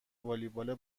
والیبال